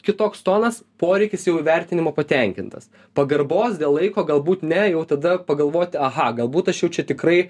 kitoks tonas poreikis jau įvertinimo patenkintas pagarbos dėl laiko galbūt ne jau tada pagalvot aha galbūt aš jau čia tikrai